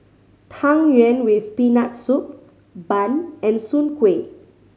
Tang Yuen with Peanut Soup bun and Soon Kuih